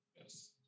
Yes